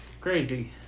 Crazy